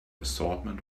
assortment